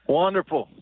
wonderful